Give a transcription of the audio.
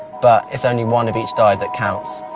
but it's only one of each dive that counts.